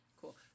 Cool